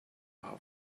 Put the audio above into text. how